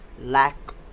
lack